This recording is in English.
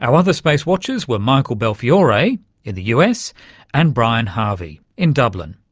our other space watchers were michael belfiore in the us and brian harvey in dublin.